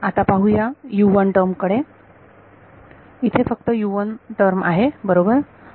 तर आता पाहूया टर्म कडे इथे फक्त टर्म आहे बरोबर